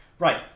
Right